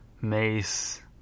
Mace